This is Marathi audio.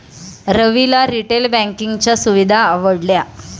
रविला रिटेल बँकिंगच्या सुविधा आवडल्या